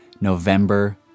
November